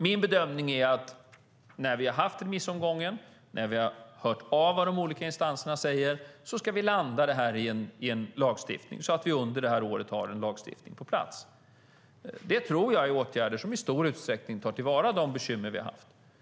Min bedömning är att när vi har haft remissomgången och när vi har hört vad de olika instanserna säger ska det landa i en lagstiftning så att vi under det här året har en lagstiftning på plats. Det tror jag är åtgärder som i stor utsträckning gör att de bekymmer vi har haft blir avhjälpta.